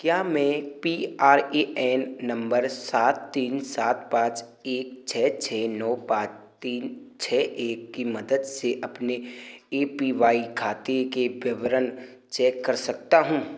क्या मैं P R A N number सात तीन सात पाँच एक छः छः नौ पाँच तीन छः एक की मदद से अपने ए पी वाई खाते के विवरण चेक कर सकता हूँ